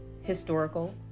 historical